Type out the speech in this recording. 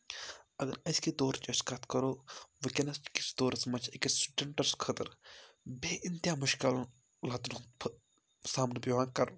اَگر أزکِس دورٕچ أسۍ کَتھ کَرو وٕنکیٚنَس کِس دورَس منٛز چھِ أکِس سٹوٗڈنٛٹَس خٲطرٕ بیٚیہِ اِنتِہا مُشکلَن لَتَن ہُنٛد سامنہٕ پٮ۪وان کَرُن